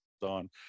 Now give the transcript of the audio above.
on